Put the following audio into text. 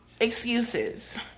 excuses